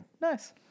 Nice